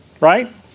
right